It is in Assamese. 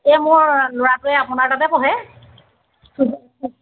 এই মোৰ ল'ৰাটোৱে আপোনাৰ তাতে পঢ়ে